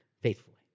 faithfully